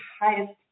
highest